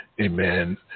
amen